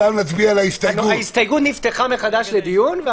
ההסתייגות נפתחה מחדש לדיון.